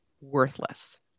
worthless